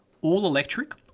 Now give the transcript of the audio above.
all-electric